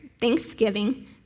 thanksgiving